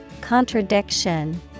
Contradiction